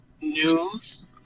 news